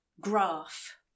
graph